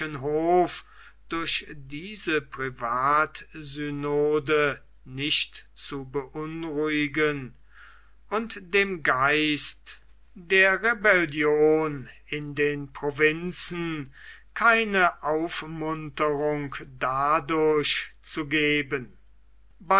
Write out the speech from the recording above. hof durch diese privatsynode nicht zu beunruhigen und dem geist der rebellion in den provinzen keine aufmunterung dadurch zu geben